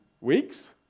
weeks